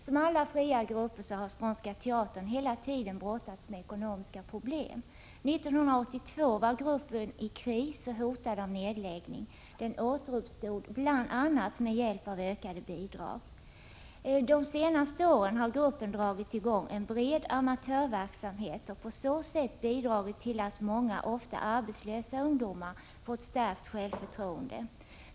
Som alla fria grupper har Skånska teatern hela tiden brottats med ekonomiska problem. År 1982 var gruppen i kris och hotad av nedläggning. Den återuppstod bl.a. med hjälp av ökade bidrag. De senaste åren har gruppen dragit i gång en bred amatörverksamhet och på så sätt bidragit till att många — ofta arbetslösa — ungdomar fått stärkt självförtroende.